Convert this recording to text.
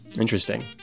Interesting